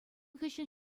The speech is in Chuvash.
хыҫҫӑн